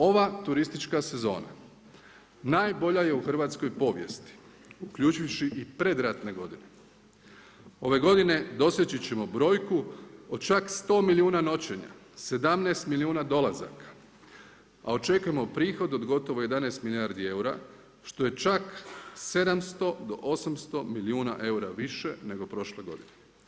Ova turistička sezona najbolja je u hrvatskoj povijesti uključivši i predratne godine. ove godine doseći ćemo brojku od čak 100 milijuna noćenja, 17 milijuna dolazaka a očekujemo prihode od gotovo 11 milijardi eura što je čak 700 do 800 milijuna eura više nego prošle godine.